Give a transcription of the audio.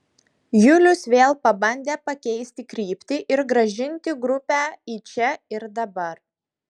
julius vėl pabandė pakeisti kryptį ir grąžinti grupę į čia ir dabar